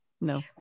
no